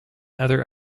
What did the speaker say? other